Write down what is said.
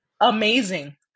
amazing